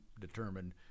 determined